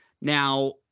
Now